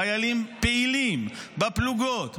חיילים פעילים בפלוגות,